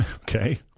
Okay